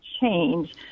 change